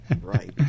Right